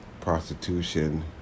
prostitution